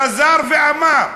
חזר ואמר.